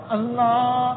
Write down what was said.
Allah